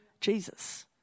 Jesus